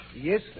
Yes